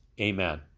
Amen